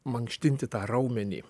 mankštinti tą raumenį